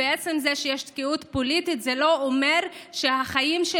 ועצם זה שיש תקיעות פוליטית זה לא אומר שהחיים של